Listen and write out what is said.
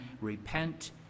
Repent